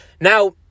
Now